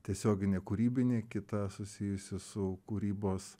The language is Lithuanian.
tiesioginė kūrybinė kita susijusi su kūrybos